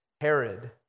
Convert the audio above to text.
Herod